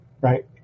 right